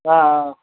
ஆ ஆ